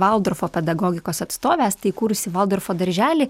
valdorfo pedagogikos atstovė esate įkūrusi valdorfo darželį